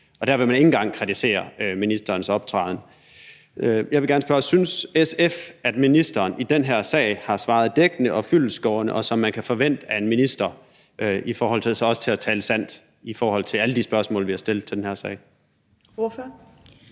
og der vil man ikke engang kritisere ministerens optræden. Jeg vil gerne spørge: Synes SF, at ministeren i den her sag har svaret dækkende og fyldestgørende, og som man kan forvente af en minister i forhold til så også at tale sandt i alle de spørgsmål, vi har stillet til den her sag? Kl.